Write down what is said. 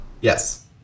Yes